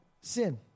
sin